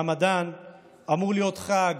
הרמדאן אמור להיות חג